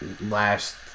last